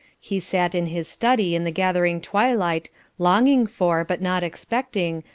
he sat in his study in the gathering twilight longing for, but not expecting,